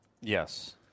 Yes